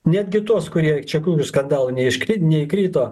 netgi tuos kurie į čekiukų skandalą neiškri neįkrito